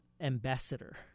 ambassador